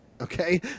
Okay